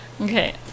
Okay